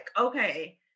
okay